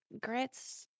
grits